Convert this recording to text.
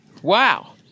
Wow